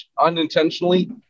unintentionally